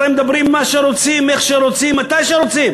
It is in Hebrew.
הרי מדברים על מה שרוצים, איך שרוצים, מתי שרוצים.